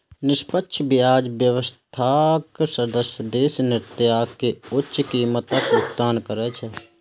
निष्पक्ष व्यापार व्यवस्थाक सदस्य देश निर्यातक कें उच्च कीमतक भुगतान करै छै